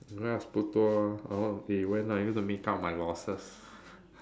grass 不多 oh when are you going to make up my losses